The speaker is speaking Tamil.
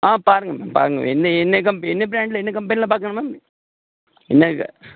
ஆ பாருங்கள் மேம் பாருங்கள் எந்த என்ன கம்பெ என்ன ப்ராண்டில் என்ன கம்பெனியில பார்க்கணும் மேம் என்ன இது